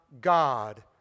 God